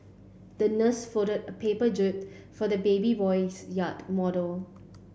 the nurse folded a paper jib for the baby boy's yacht model